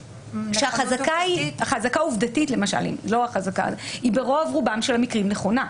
חזקה עובדתית היא ברוב רובם של המקרים נכונה.